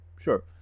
sure